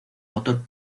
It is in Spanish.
motor